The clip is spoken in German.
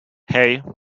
hei